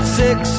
six